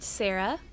sarah